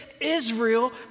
Israel